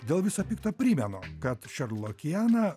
dėl visa pikto primenu kad šerlokiana